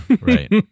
Right